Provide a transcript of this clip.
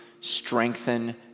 strengthen